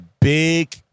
big